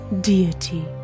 deity